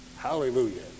Hallelujah